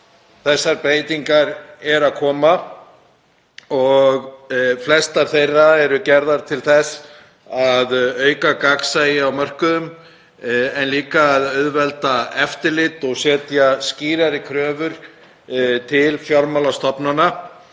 þessar breytingar koma fram. Flestar þeirra eru gerðar til þess að auka gagnsæi á mörkuðum en líka að auðvelda eftirlit og setja fram skýrari kröfur á fjármálastofnanir